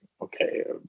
okay